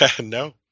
No